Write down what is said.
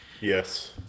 Yes